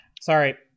Sorry